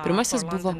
pirmasis buvo